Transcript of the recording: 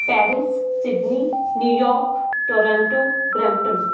Paris Sydney New York Toronto Brampton